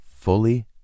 fully